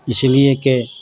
اس لیے کہ